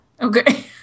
okay